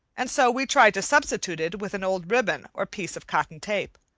and so we tried to substitute it with an old ribbon or piece of cotton tape.